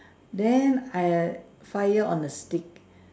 then I fire on the stick